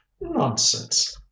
Nonsense